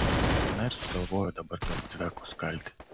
na ir sugalvojo dabar tuos cvekus kalti